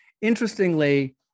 Interestingly